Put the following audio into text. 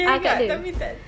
akak ada